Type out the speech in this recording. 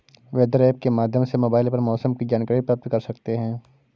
weather app के माध्यम से मोबाइल पर मौसम की जानकारी प्राप्त कर सकते हैं